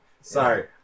Sorry